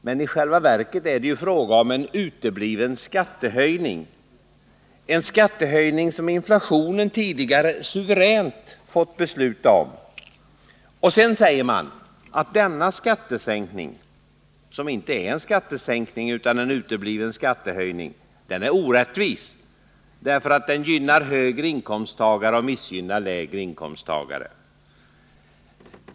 Men i jälva verket är det ju fråga om en utebliven skattehöjning — en skattehöjning som inflationen tidigare suveränt fått besluta om. Sedan säger man att denna skattesänkning — som inte är en skattesänkning utan en utebliven skattehöjning — är orättvis, därför att den gynnar höginkomsttagare och missgynnar låginkomsttagare.